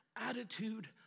attitude